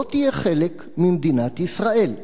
לא תהיה חלק ממדינת ישראל.